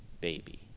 baby